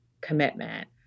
commitment